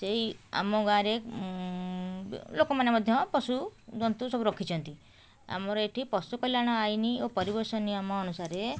ସେଇ ଆମ ଗାଁରେ ଲୋକମାନେ ମଧ୍ୟ ପଶୁଜନ୍ତୁ ସବୁ ରଖିଛନ୍ତି ଆମର ଏଠି ପଶୁକଲ୍ୟାଣ ଆଇନ୍ ଓ ପରିବେଶ ନିୟମ ଅନୁସାରେ